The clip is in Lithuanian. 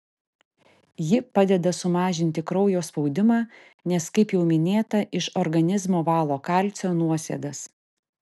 ji padeda sumažinti kraujo spaudimą nes kaip jau minėta iš organizmo valo kalcio nuosėdas